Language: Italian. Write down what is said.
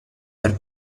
per